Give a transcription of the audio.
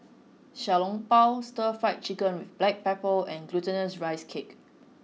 Xiao Long Bao stir fry chicken with black pepper and glutinous rice cake